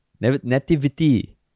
nativity